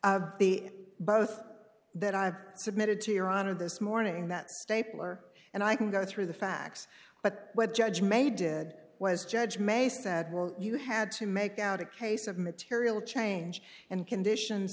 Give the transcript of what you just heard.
of the both that i've submitted to your honor this morning that stapler and i can go through the facts but what judge may did was judge may said well you had to make out a case of material change and conditions